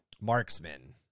Marksman